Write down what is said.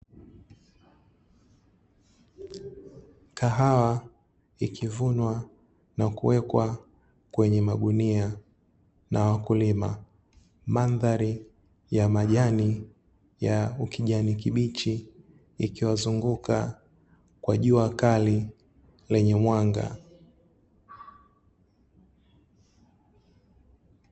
kahawa ikivunwa na kuwekwa kwenye magunia na wakulima, madhari ya majani ya ukijani kibichi ikiwazunguka kwa jua kali lenye mwanga.